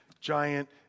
giant